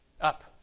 Up